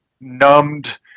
numbed